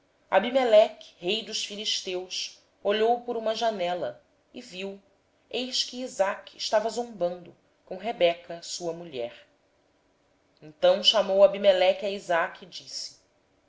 abimeleque rei dos filisteus olhou por uma janela e viu e eis que isaque estava brincando com rebeca sua mulher então chamou abimeleque a isaque e disse